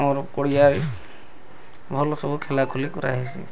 ଆମର ପଡ଼ିଆ ଭଲ ସବୁ ଖେଲା ଖୋଲି କରାହେଇସି